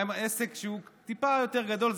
מה עם עסק שהוא טיפה יותר גדול?